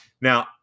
Now